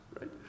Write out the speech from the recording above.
Right